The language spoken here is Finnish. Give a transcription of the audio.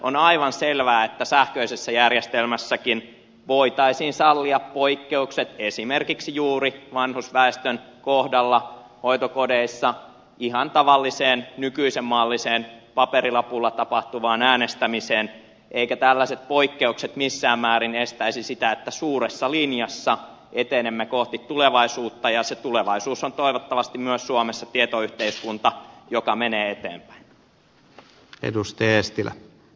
on aivan selvää että sähköisessä järjestelmässäkin voitaisiin sallia poikkeukset esimerkiksi juuri vanhusväestön kohdalla hoitokodeissa ihan tavalliseen nykyisen malliseen paperilapulla tapahtuvaan äänestämiseen eivätkä tällaiset poikkeukset missään määrin estäisi sitä että suuressa linjassa etenemme kohti tulevaisuutta ja se tulevaisuus on toivottavasti myös suomessa tietoyhteiskunta joka menee eteenpäin